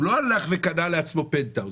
הוא לא הלך וקנה לעצמו פנטהאוז,